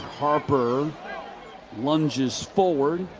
harper lunges forward.